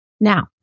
Now